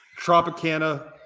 Tropicana